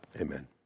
Amen